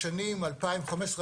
בשנים 2015,